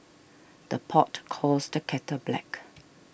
the pot calls the kettle black